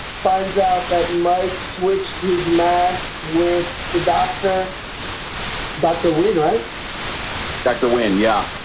finds out that mike switched his mask with the doctor doctor weed, right dr. wynn, yeah,